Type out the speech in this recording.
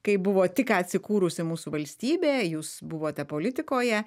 kai buvo tik ką atsikūrusi mūsų valstybė jūs buvote politikoje